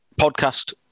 podcast